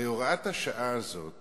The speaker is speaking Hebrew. הרי הוראת השעה הזאת